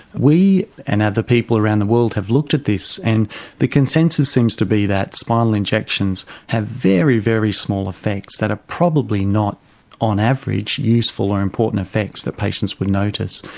we and other people around the world have looked at this, and the consensus seems to be that spinal injections have very, very small effects that are probably not on average useful or important effects that patients would notice.